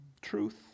truth